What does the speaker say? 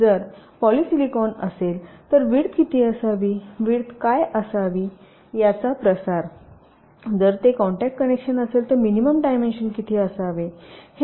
जर पॉलीसिलॉन असेल तर विड्थ किती असावी विड्थ काय असावी याचा प्रसार जर ते कॉन्टॅक्ट कनेक्शन असेल तर मिनिमम डायमेन्शन किती असावे